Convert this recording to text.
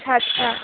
আচ্ছা আচ্ছা